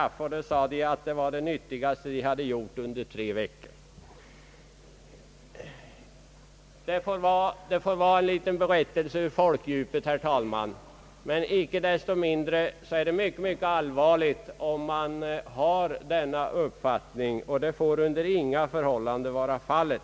Därvid omtalade de att det arbete de just hade utfört var det nyttigaste de hade gjort på tre veckor. Denna händelse får tjäna som en liten berättelse ur folkdjupet. Icke desto mindre är det allvarligt om folk som inkallas till repetitionsövningar har anledning att fälla sådana omdömen. Det får under inga förhållanden vara fallet.